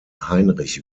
heinrich